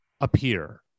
appear